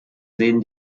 sehen